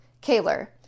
Kaler